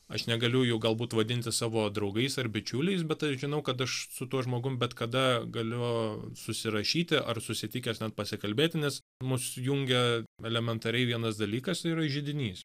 aš negaliu jų galbūt vadinti savo draugais ar bičiuliais bet aš žinau kad aš su tuo žmogum bet kada galiu susirašyti ar susitikęs net pasikalbėti nes mus jungia elementariai vienas dalykas tai yra židinys